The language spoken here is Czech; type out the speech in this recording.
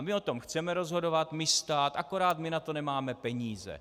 My o tom chceme rozhodovat, my, stát, akorát na to nemáme peníze.